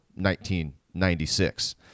1996